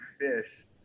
fish